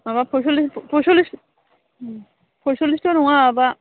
माबा पइस'ल्लिस पइस'लिथ' नङा माबा